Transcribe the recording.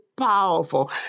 powerful